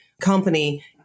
company